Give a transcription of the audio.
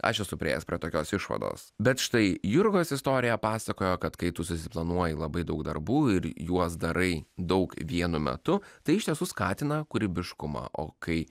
aš esu priėjęs prie tokios išvados bet štai jurgos istorija pasakojo kad kai tu susiplanuoji labai daug darbų ir juos darai daug vienu metu tai iš tiesų skatina kūrybiškumą o kai